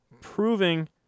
proving